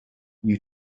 you